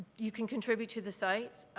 you can contribute to the site,